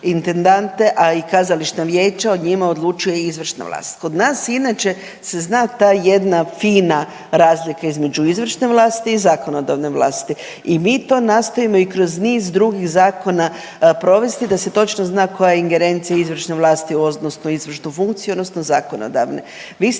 a i kazališna vijeća, o njima odlučuje izvršna vlast. Kod nas inače se zna ta jedna fina razlika između izvršne vlasti i zakonodavne vlasti i mi to nastojimo i kroz niz drugih zakona provesti, da se točno zna koja je ingerencija izvršne vlasti odnosno izvršnu funkciju odnosno zakonodavne.